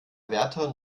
wärter